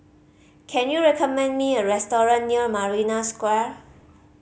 can you recommend me a restaurant near Marina Square